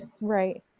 Right